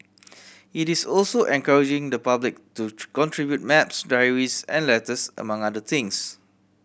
it is also encouraging the public to contribute maps diaries and letters among other things